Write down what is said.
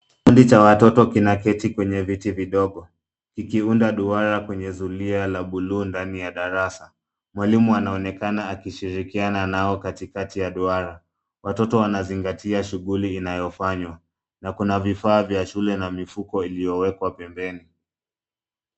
Kikundi cha watoto kinaketi kwenye viti vidogo, kikiunda duara kwenye zulia la buluu ndani ya darasa. Mwalimu anaonekana akishirikiana nao katikati ya duara. Watoto wanazingatia shughuli inayofanywa. Na kuna vifaa vya shule na mifuko iliowekwa pembeni.